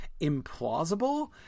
implausible